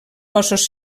cossos